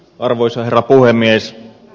arvoisa herra puhemies